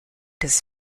his